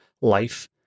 life